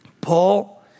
Paul